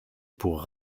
pour